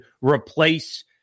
replace